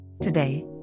Today